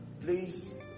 Please